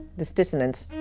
this dissonance.